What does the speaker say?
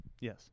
Yes